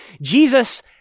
Jesus